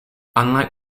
unlike